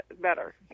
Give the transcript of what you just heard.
better